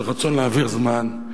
של רצון להעביר זמן,